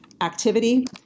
activity